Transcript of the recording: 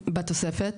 בתוספת,